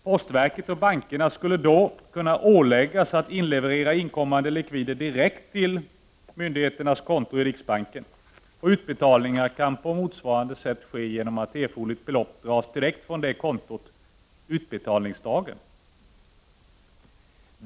Postverket och bankerna skulle då kunna åläggas att inleverera inkommande likvider direkt till myndigheternas konto iriksbanken. Utbetalningar kan på motsvarande sätt ske genom att erforderligt belopp dras direkt på detta konto på utbetalningsdagen.